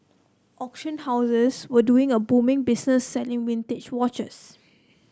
auction houses were doing a booming business selling vintage watches